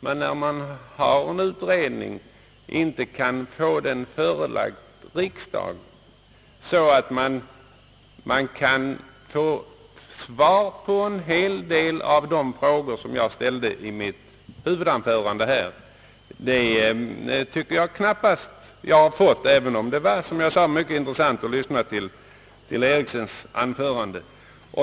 man inte kan få utredningen förelagd riksdagen, så att man kan få svar på en hel del av de frågor som jag ställde i mitt huvudanförande. Detta har vi inte fått, även om det, som jag sade, var mycket intressant att lyssna till herr Ericssons anförande.